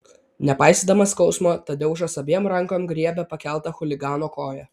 nepaisydamas skausmo tadeušas abiem rankom griebė pakeltą chuligano koją